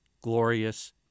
glorious